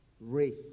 race